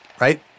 right